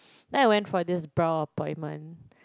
then I went for this brow appoinment